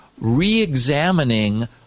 re-examining